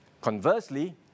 Conversely